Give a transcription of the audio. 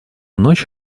ночь